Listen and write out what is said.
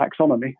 taxonomy